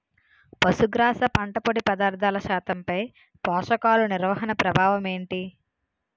పశుగ్రాస పంట పొడి పదార్థాల శాతంపై పోషకాలు నిర్వహణ ప్రభావం ఏమిటి?